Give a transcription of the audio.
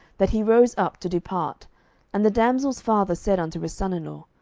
that he rose up to depart and the damsel's father said unto his son in law,